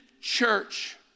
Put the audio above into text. church